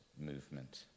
movement